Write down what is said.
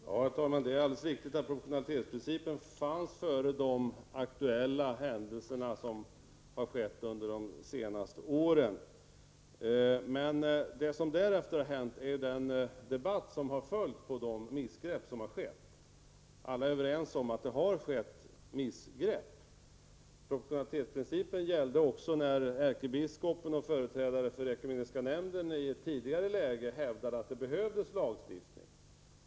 Herr talman! Det är alldeles riktigt att proportionalitetsprincipen fanns före de aktuella händelserna under de senaste åren. Men vad som därefter har hänt är den debatt som har följt på de missgrepp som har skett. Alla är överens om att det har skett missgrepp. Proportionalitetsprincipen gällde också när ärkebiskopen och företrädare för ekumeniska nämnden i ett tidigare läge hävdade att det behövdes lagstiftning.